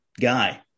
guy